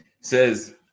says